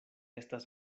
estas